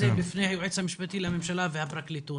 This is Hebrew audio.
בפני היועץ המשפטי לממשלה והפרקליטות